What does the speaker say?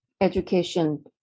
Education